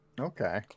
Okay